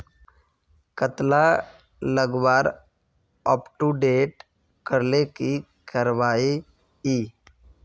कतला लगवार अपटूडेट करले की करवा ई?